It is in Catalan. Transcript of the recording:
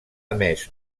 emès